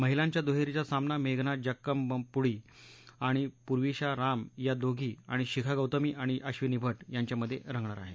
महिलांच्या दुहेरीचा सामना मेघना जाक्कबमपुडी आणि पुर्विशा राम या दोघी आणि शिखा गौतमी आणि अश्विनी भट यांच्यामध्ये होणार आहे